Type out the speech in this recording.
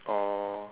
oh